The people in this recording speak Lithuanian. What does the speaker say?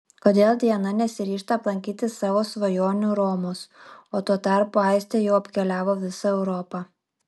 kodėl diana nesiryžta aplankyti savo svajonių romos o tuo tarpu aistė jau apkeliavo visą europą